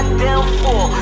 downfall